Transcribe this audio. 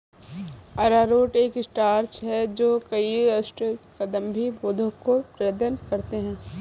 अरारोट एक स्टार्च है जो कई उष्णकटिबंधीय पौधों के प्रकंदों से प्राप्त होता है